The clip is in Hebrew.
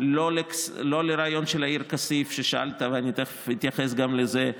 לא לרעיון של העיר כסיף ששאלת, ותכף אתייחס לזה,